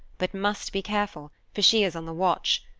but must be careful, for she is on the watch.